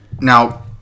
Now